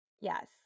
Yes